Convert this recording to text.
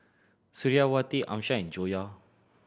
Suriawati Amsyar and Joyah